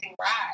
ride